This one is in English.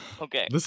Okay